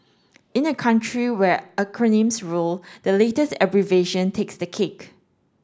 in a country where acronyms rule the latest abbreviation takes the cake